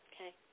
okay